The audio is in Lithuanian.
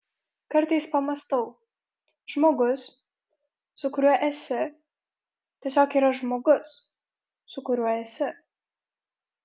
kartais pamąstau žmogus su kuriuo esi tiesiog yra žmogus su kuriuo esi